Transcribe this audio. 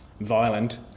violent